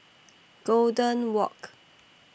Golden Walk